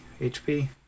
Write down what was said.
HP